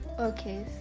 okay